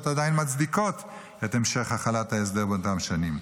עדיין מצדיקות את המשך החלת ההסדר באותן שנים.